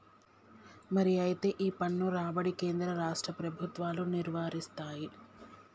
మరి అయితే ఈ పన్ను రాబడి కేంద్ర రాష్ట్ర ప్రభుత్వాలు నిర్వరిస్తాయి